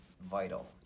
vital